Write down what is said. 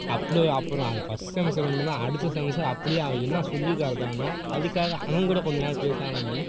அப்டி அப்புறம் அது ஃபஸ்ட் செமஸ்டர் மட்டும் தான் அடுத்த செமஸ்ட்டர் அப்படியே அவன் என்ன சொல்லிக் காட்டினானோ அதுக்காக அவன்கூட கொஞ்ச நாள் பேசாமல் இருந்து